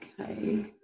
okay